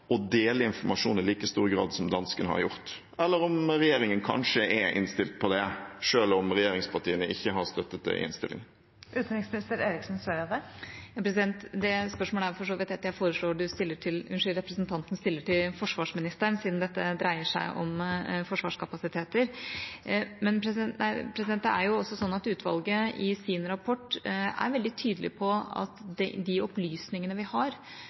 å dele informasjon i like stor grad som danskene har gjort, eller om regjeringen kanskje er innstilt på det, selv om regjeringspartiene ikke har støttet det i innstillingen. Det spørsmålet foreslår jeg for så vidt at representanten stiller til forsvarsministeren, siden dette dreier seg om forsvarskapasiteter. Men utvalget er i sin rapport veldig tydelig på at de opplysningene vi har